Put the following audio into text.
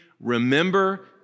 remember